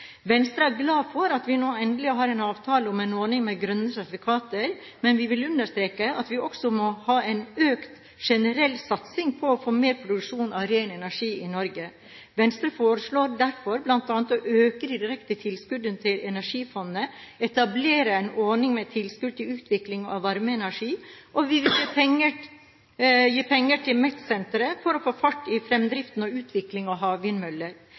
Venstre er glad for at vi nå endelig har en avtale om en ordning med grønne sertifikater, men vi vil understreke at vi også må ha en økt generell satsing for å få mer produksjon av ren energi i Norge. Venstre foreslår derfor bl.a. å øke de direkte tilskuddene til Energifondet, etablere en ordning med tilskudd til utvikling av varmeenergi, og vi vil gi penger til MET-senteret for å få fart i fremdriften og utvikling av havvindmøller.